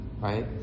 right